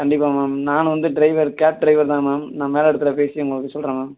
கண்டிப்பாக மேம் நான் வந்து ட்ரைவர் கேப் ட்ரைவர் தான் மேம் நான் மேல் இடத்துல பேசி உங்களுக்கு சொல்கிறேன் மேம்